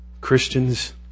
Christians